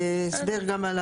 הסבר גם.